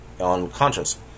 unconscious